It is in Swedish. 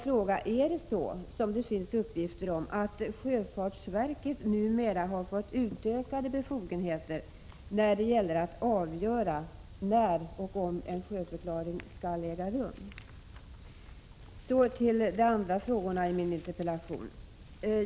Är det så, som det finns uppgifter om, att sjöfartsverket numera har fått utökade befogenheter när det gäller att avgöra när och om en sjöförklaring skall äga rum? Så till de andra frågorna i min interpellation.